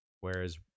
whereas